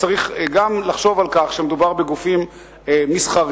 צריך גם לחשוב על כך שמדובר בגופים מסחריים,